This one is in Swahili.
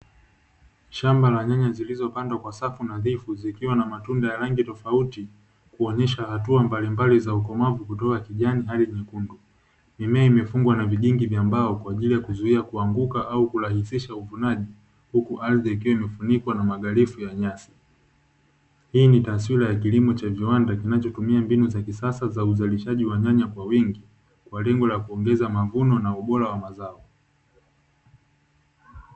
Shamba la nyanya zilizopandwa kwa safu nadhifu zikiwa na matunda ya rangi tofauti kuonyesha hatua mbalimbali za ukomavu kutoka kijani hadi nyekundu. Mimea imefungwa na vigingi vya mbao kwa ajili ya kuzuia kuanguka au kurahisisha uvunaji, huku ardhi ikiwa imefunikwa na madhalifu ya nyasi. Hii ni taswira ya kilimo cha viwanda kinachotumia mbinu za kisasa za uzalishaji wa nyanya kwa wingi kwa lengo la kuongeza mavuno na ubora wa mazao.